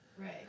Right